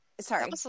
Sorry